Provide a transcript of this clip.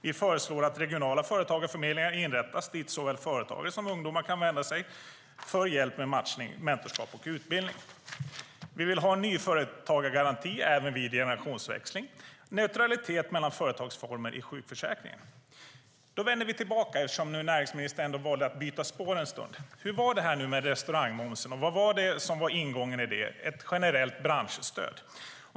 Vi föreslår att regionala företagarförmedlingar inrättas dit såväl företagare som ungdomar kan vända sig för hjälp med matchning, mentorskap och utbildning. Vi vill ha en nyföretagargaranti även vid generationsväxling och neutralitet mellan företagsformer i sjukförsäkringen. Då vänder vi tillbaka, eftersom näringsministern nu valde att byta spår en stund. Hur var det nu med restaurangmomsen? Vad var det som var ingången i det, ett generellt branschstöd?